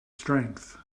strength